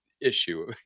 issue